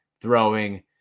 throwing